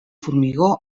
formigó